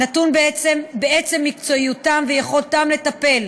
נתון בעצם מקצועיותם ויכולתם לטפל,